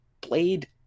played